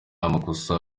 amakosa